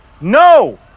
No